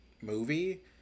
movie